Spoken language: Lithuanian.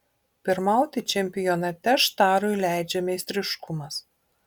pirmauti čempionate štarui leidžia meistriškumas